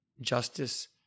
justice